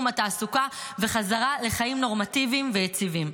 התעסוקה ובחזרה לחיים נורמטיביים ויציבים.